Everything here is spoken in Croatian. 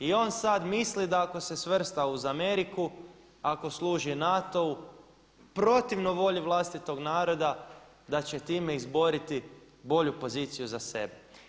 I on sad misli da ako se svrsta uz Ameriku, ako služi NATO-u, protivno volji vlastitog naroda da će time izboriti bolju poziciju za sebe.